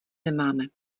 nemáme